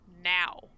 now